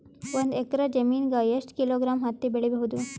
ಒಂದ್ ಎಕ್ಕರ ಜಮೀನಗ ಎಷ್ಟು ಕಿಲೋಗ್ರಾಂ ಹತ್ತಿ ಬೆಳಿ ಬಹುದು?